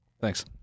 thanks